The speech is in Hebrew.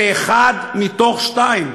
זה אחד מכל שניים.